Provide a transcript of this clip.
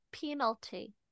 penalty